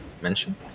mention